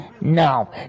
no